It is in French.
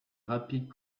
rapides